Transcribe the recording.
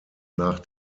nach